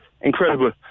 incredible